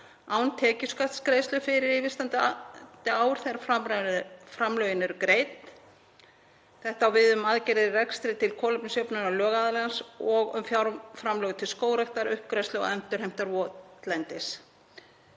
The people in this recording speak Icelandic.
án tekjuskattsgreiðslu fyrir yfirstandandi ár þegar framlögin eru greidd. Þetta á við um aðgerðir í rekstri til kolefnisjöfnunar lögaðilans og um fjárframlög til skógræktar, uppgræðslu og endurheimtar votlendis.